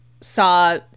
saw